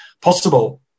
possible